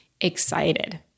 excited